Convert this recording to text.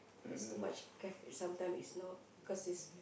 there's too much caff~ sometime is not cause it's